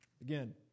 Again